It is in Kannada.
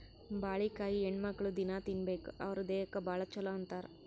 ಬಾಳಿಕಾಯಿ ಹೆಣ್ಣುಮಕ್ಕ್ಳು ದಿನ್ನಾ ತಿನ್ಬೇಕ್ ಅವ್ರ್ ದೇಹಕ್ಕ್ ಭಾಳ್ ಛಲೋ ಅಂತಾರ್